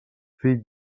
fill